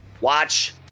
watch